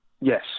Yes